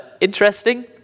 interesting